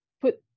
put